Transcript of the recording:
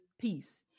peace